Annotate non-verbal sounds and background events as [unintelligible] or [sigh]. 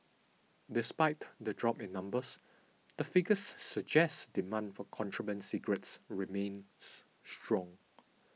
despite the drop in numbers the figures suggest demand for contraband cigarettes remains [unintelligible] strong